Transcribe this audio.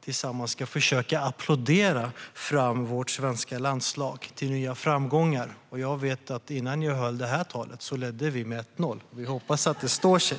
tillsammans ska försöka applådera fram vårt svenska landslag till nya framgångar. Innan jag gick upp för att hålla det här talet ledde vi med 1-0, och vi får hoppas att det står sig.